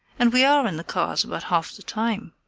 and we are in the cars about half the time.